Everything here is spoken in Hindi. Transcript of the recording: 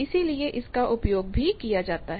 इसीलिए इसका उपयोग भी किया जाता है